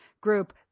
group